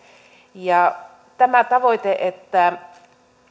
ja tämä tavoite että